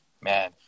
man